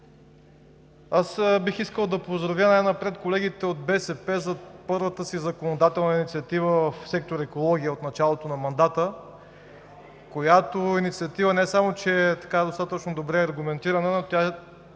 Аз бих искал да поздравя най-напред колегите от БСП за първата си законодателна инициатива в сектор „Екология“ от началото на мандата, която инициатива е не само достатъчно добре аргументирана, но тя ще